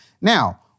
Now